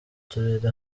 turere